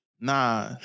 Nah